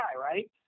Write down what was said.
right